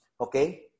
Okay